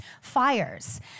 fires